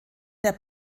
der